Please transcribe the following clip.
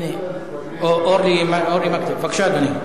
בבקשה, אדוני.